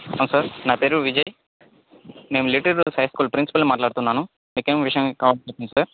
sir నా పేరు విజయ్ నేను లిటిల్ రోజ్ హై స్కూల్ ప్రిన్సిపాల్ని మాట్లాడుతున్నాను